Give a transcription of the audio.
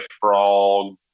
frog